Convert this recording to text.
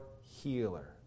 healer